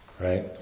right